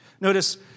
Notice